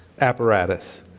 apparatus